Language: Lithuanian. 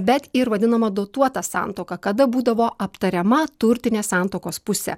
bet ir vadinama dotuota santuoka kada būdavo aptariama turtinė santuokos pusė